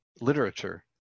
literature